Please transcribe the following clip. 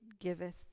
giveth